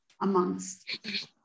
amongst